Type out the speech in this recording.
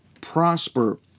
prosper